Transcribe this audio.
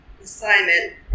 assignment